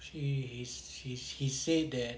she he he he said that